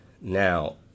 Now